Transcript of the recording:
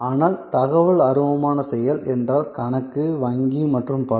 ஆனால் தகவல் அருவமான செயல் என்றால் கணக்கு வங்கி மற்றும் பல